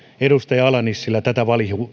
edustaja ala nissilä tätä